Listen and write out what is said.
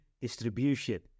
distribution